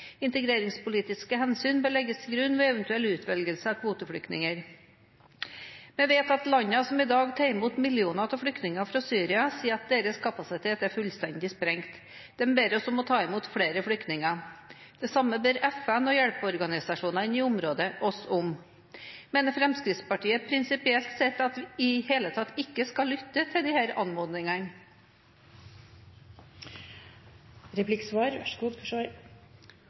«Integreringspolitiske hensyn bør legges til grunn ved eventuell utvelgelse av kvoteflyktninger.» Vi vet at landene som i dag tar imot millioner av flyktninger fra Syria, sier at deres kapasitet er fullstendig sprengt. De ber oss om å ta imot flere flyktninger. Det samme ber FN og hjelpeorganisasjonene i området oss om. Mener Fremskrittspartiet prinsipielt sett at vi i det hele tatt ikke skal lytte til disse anmodningene?